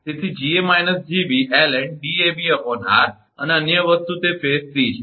તેથી 𝐺𝑎−𝐺𝑏 ln𝐷𝑎𝑏𝑟 અને અન્ય વસ્તુ તે ફેઝ 𝑐 છે